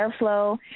airflow